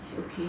it's okay